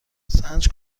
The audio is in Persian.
سنج